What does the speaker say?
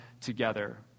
together